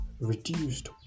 reduced